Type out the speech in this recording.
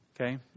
Okay